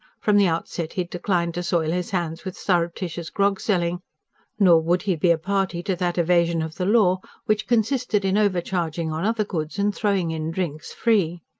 from the outset he had declined to soil his hands with surreptitious grog-selling nor would he be a party to that evasion of the law which consisted in overcharging on other goods, and throwing in drinks free.